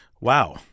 Wow